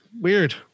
Weird